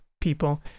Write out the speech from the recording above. people